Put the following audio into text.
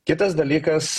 kitas dalykas